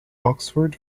oxford